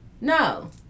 No